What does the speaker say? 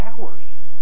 hours